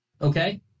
Okay